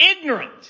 ignorant